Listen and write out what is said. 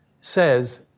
says